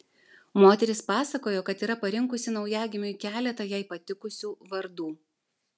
moteris pasakojo kad yra parinkusi naujagimiui keletą jai patikusių vardų